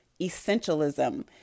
essentialism